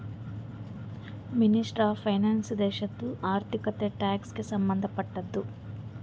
ministry of finance ದೇಶದು ಆರ್ಥಿಕತೆ, tax ಗ ಸಂಭಂದ್ ಪಡ್ತುದ